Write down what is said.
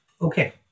Okay